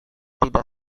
tidak